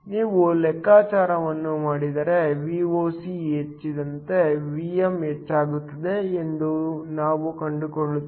ನೀವು ಲೆಕ್ಕಾಚಾರವನ್ನು ಮಾಡಿದರೆ Voc ಹೆಚ್ಚಾದಂತೆ Vm ಹೆಚ್ಚಾಗುತ್ತದೆ ಎಂದು ನಾವು ಕಂಡುಕೊಳ್ಳುತ್ತೇವೆ